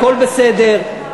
הכול בסדר.